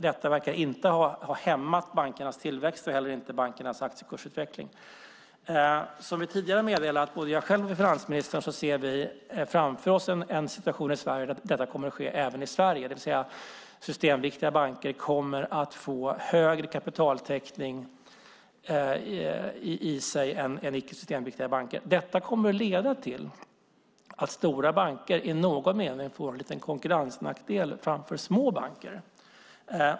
Detta verkar inte ha hämmat bankernas tillväxt och inte heller bankernas aktiekursutveckling. Som vi tidigare har meddelat, både jag själv och finansministern, ser vi framför oss en situation där detta kommer att ske även i Sverige, det vill säga att systemviktiga banker kommer att ha högre kapitaltäckning än icke systemviktiga banker. Detta kommer att leda till att stora banker i någon mening får en liten konkurrensnackdel jämfört med små banker.